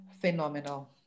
phenomenal